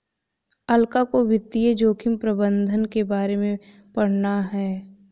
अलका को वित्तीय जोखिम प्रबंधन के बारे में पढ़ना है